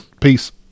Peace